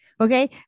Okay